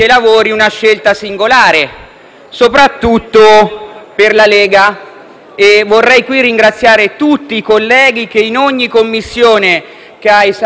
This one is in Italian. soprattutto per la Lega. Vorrei qui ringraziare tutti i colleghi che, in ogni Commissione che ha esaminato il provvedimento,